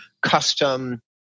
Custom